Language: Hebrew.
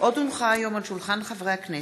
אורלי לוי אבקסיס,